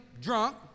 drunk